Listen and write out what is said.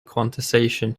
quantization